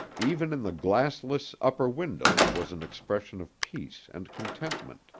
even in the glassless upper windows was an expression of peace and contentment,